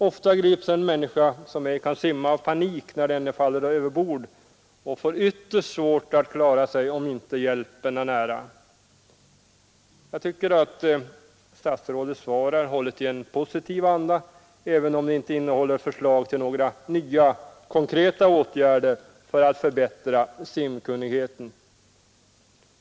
Ofta grips en människa som ej kan simma av panik när han eller hon faller överbord och får ytterst svårt att klara sig om inte hjälpen är nära. Jag tycker att statsrådets svar är hållet i en positiv anda även om det inte innehåller förslag till några nya konkreta åtgärder för att förbättra simkunnigheten.